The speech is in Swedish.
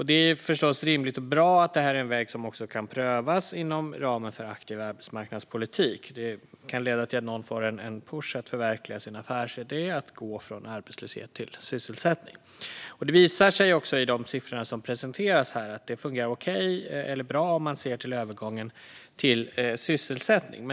Det är förstås rimligt och bra att detta är en väg som kan prövas inom ramen för aktiv arbetsmarknadspolitik; det kan leda till att någon får en push att förverkliga sin affärsidé och gå från arbetslöshet till sysselsättning. Det visar sig också i de siffror som presenteras här att det fungerar okej eller bra om man ser till övergången till sysselsättning.